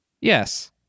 Yes